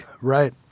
Right